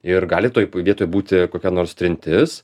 ir gali toj vietoj būti kokia nors trintis